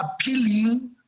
appealing